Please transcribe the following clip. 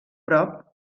prop